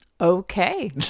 Okay